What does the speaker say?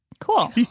Cool